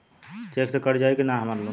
Check से कट जाई की ना हमार लोन?